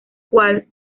cual